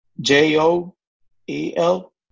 J-O-E-L